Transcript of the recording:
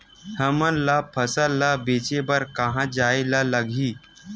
हमन ला फसल ला बेचे बर कहां जाये ला लगही?